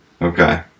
Okay